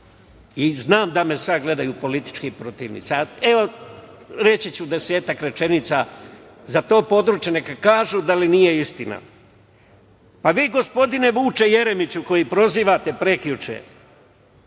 i znam da me sad gledaju politički protivnici. Reći ću desetak rečenica za to područje, a oni neka kažu da li je ili nije istina. Gospodine Vuče Jeremiću koji prozivate prekjuče,